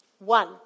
One